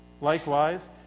Likewise